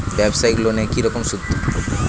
ব্যবসায়িক লোনে কি রকম সুদ?